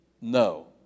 No